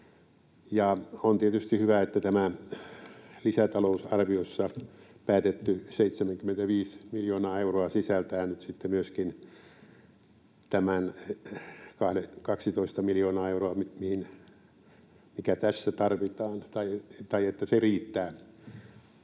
On tietysti hyvä, että lisätalousarviossa päätetty 75 miljoonaa euroa sisältää nyt myöskin tämän 12 miljoonaa euroa, mikä tässä tarvitaan, eli että se jo